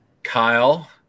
kyle